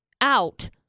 out